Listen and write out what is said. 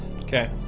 Okay